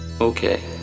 Okay